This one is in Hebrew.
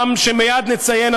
ומייד נציין,